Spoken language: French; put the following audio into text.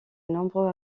nombreux